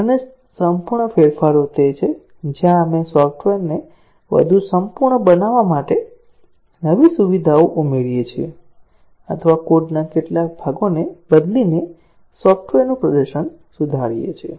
અને સંપૂર્ણ ફેરફારો તે છે જ્યાં આપણે સોફ્ટવેરને વધુ સંપૂર્ણ બનાવવા માટે નવી સુવિધાઓ ઉમેરીએ છીએ અથવા કોડના કેટલાક ભાગોને બદલીને સોફ્ટવેરનું પ્રદર્શન સુધારીએ છીએ